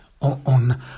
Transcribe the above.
On